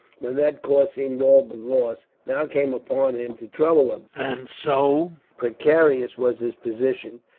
when that cause seemed all but lost, now came upon him to trouble him and so precarious was his position,